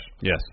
Yes